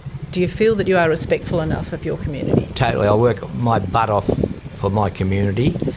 do you feel that you are respectful enough of your community? totally. i work my butt off for my community.